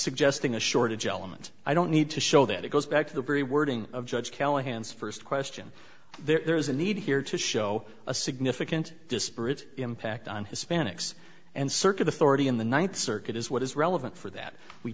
suggesting a shortage element i don't need to show that it goes back to the very wording of judge callahan's first question there is a need here to show a significant disparate impact on hispanics and circuit authority in the ninth circuit is what is relevant for that we